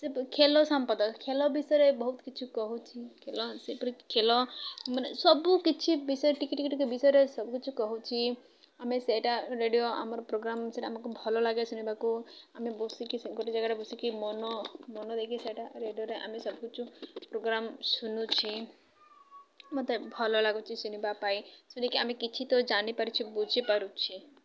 ସେ ଖେଲ ସମ୍ପଦ ଖେଲ ବିଷୟରେ ବହୁତ କିଛି କହୁଛି ଖେଲ ସେପରି ଖେଲ ମାନେ ସବୁକ କିଛି ବିଷୟରେ ଟିକେ ଟିକେ ଟିକେ ବିଷୟରେ ସବୁକଛି କହୁଛି ଆମେ ସେଇଟା ରେଡ଼ିଓ ଆମର ପ୍ରୋଗ୍ରାମ୍ ସେଇଟା ଆମକୁ ଭଲଲାଗେ ଶୁଣିବାକୁ ଆମେ ବସିକି ଗୋଟେ ଜାଗାରେ ବସିକି ମନ ମନ ଦେଇକି ସେଇଟା ରେଡ଼ିଓରେ ଆମେ ସବୁକିଛି ପ୍ରୋଗ୍ରାମ୍ ଶୁଣୁଛି ମୋତେ ଭଲ ଲାଗୁଛି ଶୁଣିବା ପାଇଁ ଶୁଣିକି ଆମେ କିଛି ତ ଜାଣିପାରୁଛି ବୁଝିପାରୁଛି